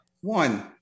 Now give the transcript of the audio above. one